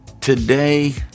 Today